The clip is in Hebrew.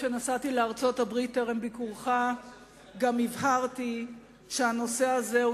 כשנסעתי לארצות-הברית טרם ביקורך הבהרתי שהנושא הזה הוא